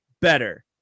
better